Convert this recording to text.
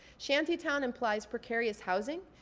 shantytown implies precarious housing.